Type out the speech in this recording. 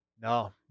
No